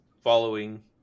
following